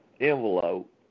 envelope